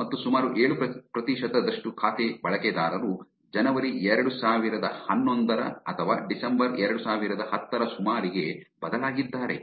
ಮತ್ತು ಸುಮಾರು ಏಳು ಪ್ರತಿಶತದಷ್ಟು ಖಾತೆ ಬಳಕೆದಾರರು ಜನವರಿ 2011 ಅಥವಾ ಡಿಸೆಂಬರ್ 2010 ರ ಸುಮಾರಿಗೆ ಬದಲಾಗಿದ್ದರೆ